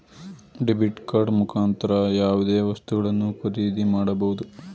debit card ಮುಖಾಂತರ ಯಾವುದೇ ವಸ್ತುಗಳನ್ನು ಖರೀದಿ ಮಾಡಬಹುದು